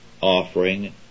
offering